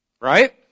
right